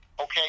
Okay